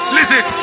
Listen